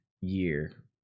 year